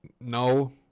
No